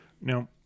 Now